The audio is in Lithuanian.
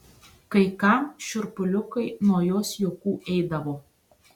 kai kam šiurpuliukai nuo jos juokų eidavo